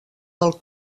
del